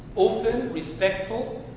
open, respectful,